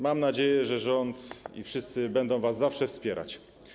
Mam nadzieję, że rząd i wszyscy będą was zawsze wspierać.